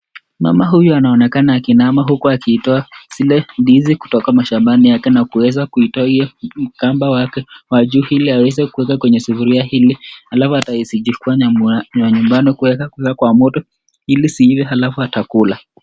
Mama huyu anaonekana akiinama huku akitoa zile ndizi kutoka mashambani yake na kuweza kuitoa kamba wake wa juu hili aweze kuweka sufuria ile alafu ataweza nyumbani kuweka kwa moto hili ziive alafu atazikula.